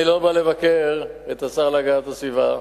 אני לא בא לבקר את השר להגנת הסביבה.